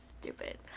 Stupid